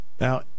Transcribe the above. Now